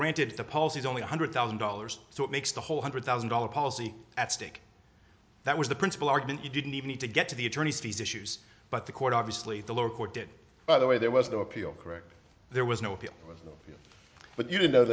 granted the policy is only one hundred thousand dollars so it makes the whole hundred thousand dollar policy at stake that was the principle argument you didn't even need to get to the attorneys fees issues but the court obviously the lower court did by the way there was no appeal correct there was no appeal but you didn't know